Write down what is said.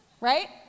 right